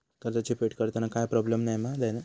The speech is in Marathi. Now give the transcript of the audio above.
कर्जाची फेड करताना काय प्रोब्लेम नाय मा जा?